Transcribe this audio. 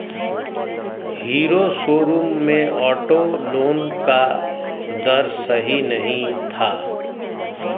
hero showroom में auto loan का दर सही नहीं था